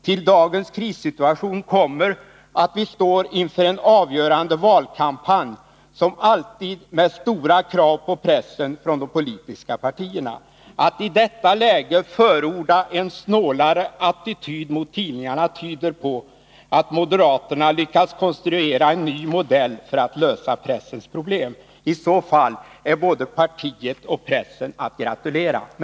Till dagens krissituation kommer att vi står inför en avgörande valkampanj, som alltid med stora krav på pressen från de politiska partierna. Att i detta läge förorda en snålare attityd mot tidningarna tyder på att moderaterna lyckats konstruera en ny modell för att lösa pressens problem. I så fall är både partiet och pressen att gratulera.